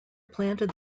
planted